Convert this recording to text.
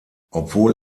obwohl